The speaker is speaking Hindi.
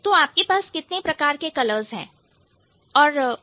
तो आपके पास कितने प्रकार के कलर्स है